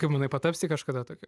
kaip manai patapsi kažkada tokiu